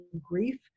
grief